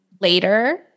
later